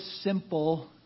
simple